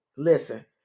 Listen